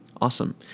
Awesome